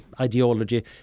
ideology